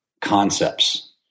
concepts